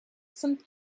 some